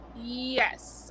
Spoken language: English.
Yes